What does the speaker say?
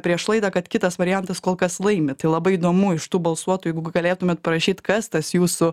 prieš laidą kad kitas variantas kol kas laimi tai labai įdomu iš tų balsuotųjų jeigu galėtumėt parašyt kas tas jūsų